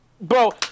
bro